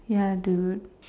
ya dude